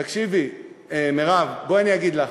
תקשיבי, מירב, בואי אני אגיד לך,